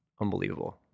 unbelievable